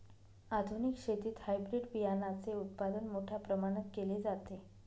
आधुनिक शेतीत हायब्रिड बियाणाचे उत्पादन मोठ्या प्रमाणात केले जाते